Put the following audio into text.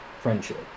friendship